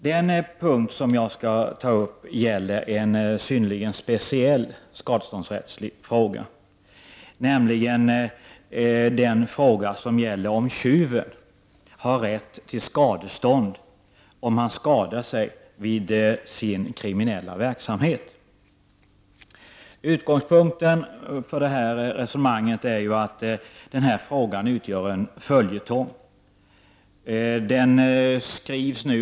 Den punkt som jag skall ta upp gäller en synnerligen speciell skadeståndsrättslig fråga, nämligen frågan om tjuven har rätt till skadestånd om han skadar sig vid utövning av sin kriminella verksamhet. Utgångspunkten för det här resonemanget är att denna fråga utgör en följetong.